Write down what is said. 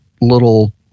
little